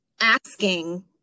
asking